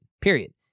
period